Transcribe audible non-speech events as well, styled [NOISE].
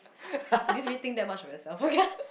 didn't really think that much of yourself [LAUGHS]